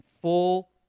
full